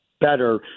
better